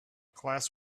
class